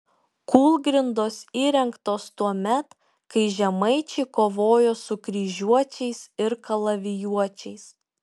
kūlgrindos įrengtos tuomet kai žemaičiai kovojo su kryžiuočiais ir kalavijuočiais